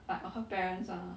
like of her parents ah